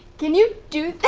can you do